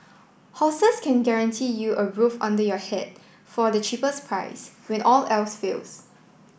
hostels can guarantee you a roof under your head for the cheapest price when all else fails